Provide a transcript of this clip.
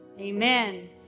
Amen